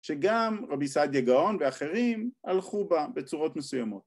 שגם רבי סעדיה גאון ואחרים הלכו בה בצורות מסוימות.